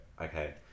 okay